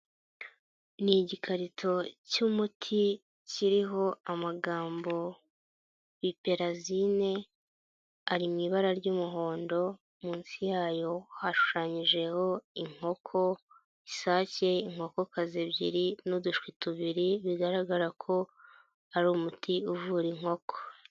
Ni igikarito cy'umuti kiriho amagambo piperazine, ari mu ibara ry'umuhondo munsi yayo hashushanyijeho: inkoko, isake, inkokokozi ebyiri n'udushwi tubiri, bigaragara ko ari umuti uvura inkoko.